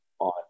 on